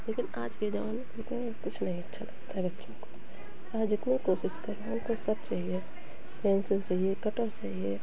लेकिन आज के ज़माने कुछ नहीं अच्छा लगता है बच्चों को चाहे जितनी कोशिश करो उनको सब चाहिए पेन्सिल चहिए कटर चाहिए